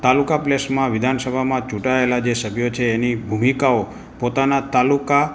તાલુકા પ્લેસમાં વિધાનસભામાં ચૂંટાયેલા જે સભ્યો છે એની ભૂમિકાઓ પોતાના તાલુકા